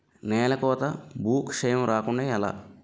నేలకోత భూక్షయం రాకుండ ఎలా?